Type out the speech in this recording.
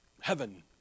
heaven